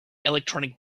electronic